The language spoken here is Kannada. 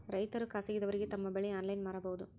ರೈತರು ಖಾಸಗಿದವರಗೆ ತಮ್ಮ ಬೆಳಿ ಆನ್ಲೈನ್ ಮಾರಬಹುದು?